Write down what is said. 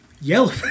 yellow